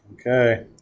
Okay